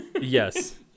Yes